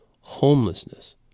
homelessness